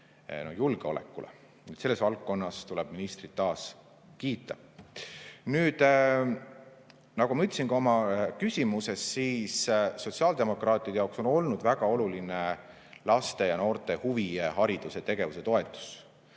julgeolekule. Selles valdkonnas tuleb ministrit taas kiita. Nagu ma ütlesin ka oma küsimuses, on sotsiaaldemokraatide jaoks olnud väga oluline laste ja noorte huvihariduse tegevuse toetus.